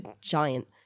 giant